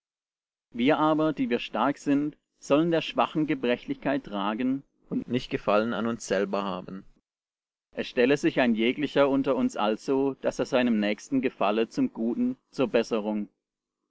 wir aber die wir stark sind sollen der schwachen gebrechlichkeit tragen und nicht gefallen an uns selber haben es stelle sich ein jeglicher unter uns also daß er seinem nächsten gefalle zum guten zur besserung